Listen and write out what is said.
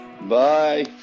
bye